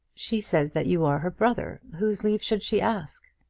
she says that you are her brother. whose leave should she ask?